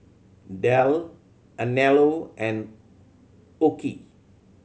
Dell Anello and OKI